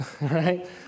right